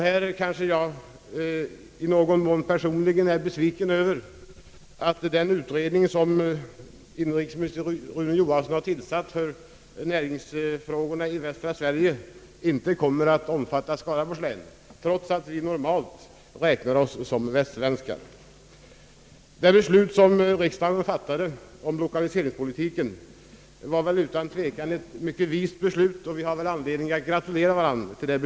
Jag kanske i någon mån personligen är besviken över att den utredning som inrikesminister Rune Johansson har tillsatt för näringsfrågorna i västra Sverige inte kommer att omfatta Skaraborgs län, trots att vi normalt räknar oss som västsvenskar. Det beslut som riksdagen fattade om lokaliseringspolitiken var utan tvekan mycket vist, och vi har all anledning att gratulera varandra till det.